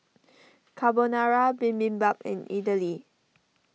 Carbonara Bibimbap and Idili